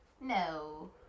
No